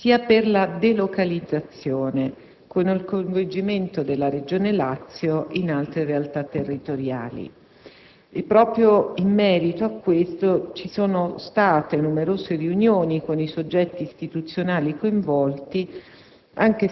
sia per la delocalizzazione, con il coinvolgimento della regione Lazio, in altre realtà territoriali. Proprio in merito a ciò, ci sono state numerose riunioni con i soggetti istituzionali coinvolti,